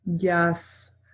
Yes